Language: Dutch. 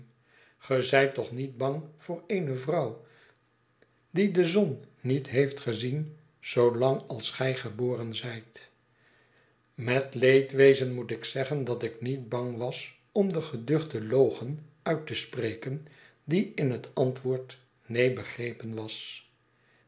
ge zijt toch niet bang voor eene vrouw diedezon niet heeft gezien zoolang als gij geboren zijt met leedwezen moet ik zeggen dat ik niet bang was om de geduchte logen uit te spreken die in het antwoord neen begrepen was